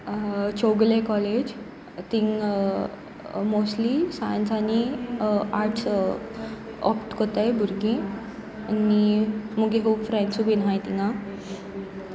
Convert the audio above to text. Chougale college थंय mostly science आनी arts opt करतात भुरगीं आनी म्हजी खूब फ्रेंड्सूय बीन आसात थंय